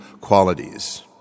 qualities